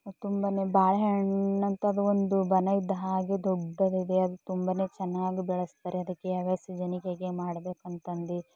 ತುಂಬನೇ ಬಾಳೆ ಹಣ್ಣಂಥದು ಒಂದು ಬನ ಇದ್ದ ಹಾಗೆ ದೊಡ್ಡದಿದೆ ಅದು ತುಂಬನೇ ಚೆನ್ನಾಗಿ ಬೆಳೆಸ್ತಾರೆ ಅದಕ್ಕೆ ಯಾವ್ಯಾವ ಸೀಝನ್ಗೆ ಹೇಗೆ ಮಾಡ್ಬೇಕಂತಂದು